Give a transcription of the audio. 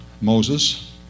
Moses